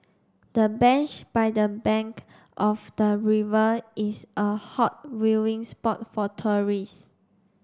the bench by the bank of the river is a hot viewing spot for tourist